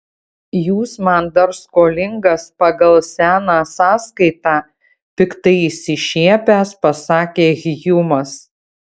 jūs man dar skolingas pagal seną sąskaitą piktai išsišiepęs pasakė hjumas